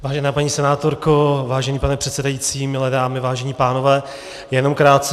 Vážená paní senátorko, vážený pane předsedající, milé dámy, vážení pánové, jenom krátce.